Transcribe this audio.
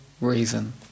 reason